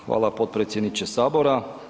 Hvala potpredsjedniče Sabora.